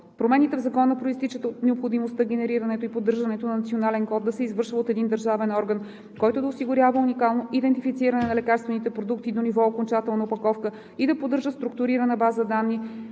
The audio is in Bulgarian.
Промените в Закона произтичат от необходимостта генерирането и поддържането на национален код да се извършва от един държавен орган, който да осигурява уникално идентифициране на лекарствените продукти до ниво окончателна опаковка и да поддържа структурирана база данни